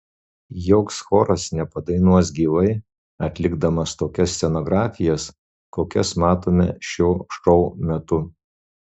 joks choras nepadainuos gyvai atlikdamas tokias scenografijas kokias matome šio šou metu